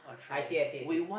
I see I see I see